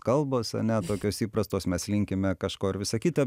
kalbos ane tokios įprastos mes linkime kažko ir visa kita